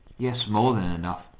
yes, more than enough.